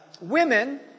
Women